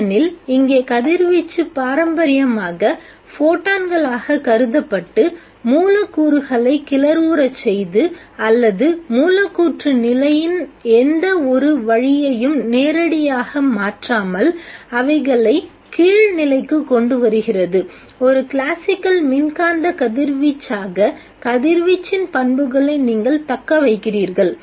ஏனெனில் இங்கே கதிர்வீச்சு பாரம்பரியமாக ஃபோட்டான்களாக கருதப்பட்டு மூலக்கூறுகளை கிளர்வுறச்செய்து அல்லது மூலக்கூற்று நிலையின் எந்த ஒரு வழியையும் நேரடியாக மாற்றாமல் அவைகளை கீழ் நிலைக்கு கொண்டுவருகிறது ஒரு கிளாசிக்கல் மின்காந்த கதிர்வீச்சாக கதிர்வீச்சின் பண்புகளை நீங்கள் தக்கவைக்கிறீர்கள்